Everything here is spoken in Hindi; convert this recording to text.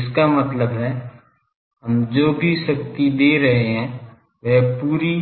इसका मतलब है हम जो भी शक्ति दे रहे हैं वह पूरी